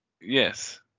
Yes